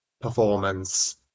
performance